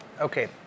Okay